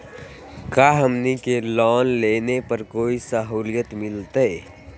का हमनी के लोन लेने पर कोई साहुलियत मिलतइ?